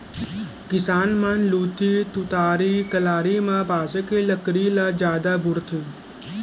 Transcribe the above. किसान मन लउठी, तुतारी, कलारी म बांसे के लकड़ी ल जादा बउरथे